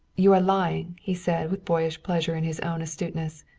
you are lying, he said with boyish pleasure in his own astuteness.